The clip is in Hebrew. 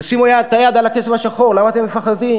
תשימו את היד על הכסף השחור, למה אתה מפחדים?